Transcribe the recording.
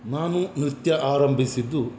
ನಾನು ನೃತ್ಯ ಆರಂಭಿಸಿದ್ದು